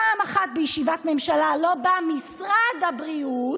פעם אחת בישיבת ממשלה לא בא משרד הבריאות